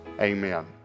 Amen